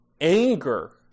anger